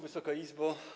Wysoka Izbo!